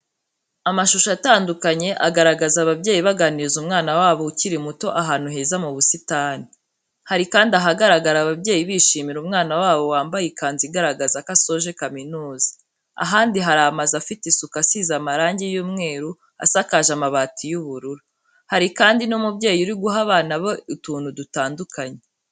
Amashusho atandukanye agaragaza ababyeyi baganiriza umwana wabo ukiri muto ahantu heza mu busitani, hari kandi ahagaragara ababyeyi bishimira umwana wabo wambaye ikanzu igaragaza ko asoje kaminuza, ahandi hari amazu afite isuku asize amarangi y'umweru asakaje amabati y'ubururu, hari kandi n'umubyeyi uri guha abana be utuntu dutandukanye.